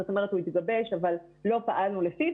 זאת אומרת הוא התגבש אבל לא פעלנו לפיו,